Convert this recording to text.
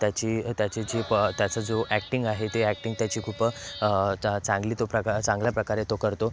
त्याची त्याची जी प त्याचं जो ॲक्टिंग आहे ती ॲक्टिंग त्याची खूप चांगली तो प्रकार चांगल्या प्रकारे तो करतो